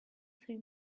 three